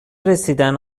رسیدن